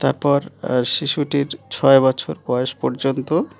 তারপর শিশুটির ছয় বছর বয়স পর্যন্ত